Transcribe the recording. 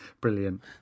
Brilliant